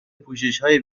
پوششهای